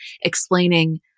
explaining